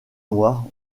noir